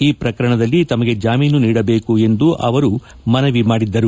ಈ ಪ್ರಕರಣದಲ್ಲಿ ತಮಗೆ ಜಾಮೀನು ನೀಡಬೇಕು ಎಂದು ಅವರು ಮನವಿ ಮಾಡಿದ್ದರು